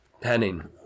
Penning